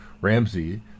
Ramsey